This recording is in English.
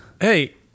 Hey